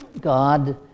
God